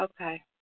Okay